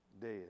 Dead